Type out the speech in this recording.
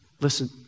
Listen